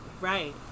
Right